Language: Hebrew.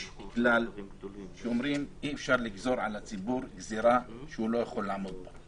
יש כלל שאומרים: אי-אפר לגזור על הציבור גזירה שהוא לא יכול לעמוד בה.